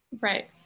right